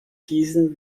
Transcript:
diesen